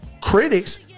critics